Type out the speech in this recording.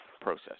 process